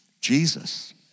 Jesus